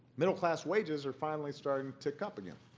middle-class wages are finally starting to tick up again,